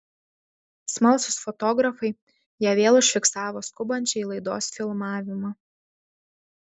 smalsūs fotografai ją vėl užfiksavo skubančią į laidos filmavimą